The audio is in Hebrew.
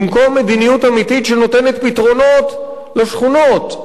במקום מדיניות אמיתית שנותנת פתרונות לשכונות,